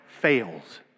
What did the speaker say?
fails